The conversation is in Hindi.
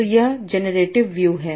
तो यह जेनरेटिव व्यू है